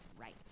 right